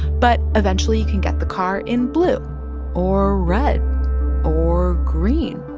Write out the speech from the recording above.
but eventually, you can get the car in blue or red or green.